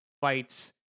fights